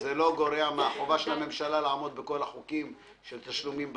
גם זה לא גורע מהחובה של הממשלה לעמוד בכל החוקים של תשלומים בזמן,